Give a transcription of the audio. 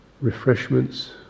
refreshments